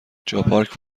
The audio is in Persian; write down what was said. جاپارک